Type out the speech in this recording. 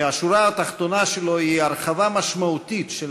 שהשורה התחתונה שלו היא הרחבה משמעותית של